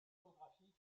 scénographie